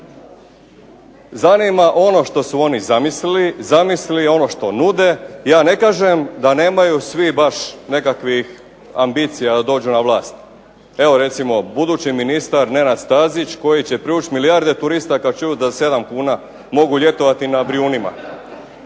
zanima ono što su oni zamislili, ono što nude. Ja ne kažem da nemaju svi baš nekakvih ambicija da dođu na vlast. Evo recimo budući ministar Nenad Stazić koji će privuć milijarde turista kad čuju da za 7 kuna mogu ljetovati na Brijunima.